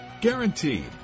Guaranteed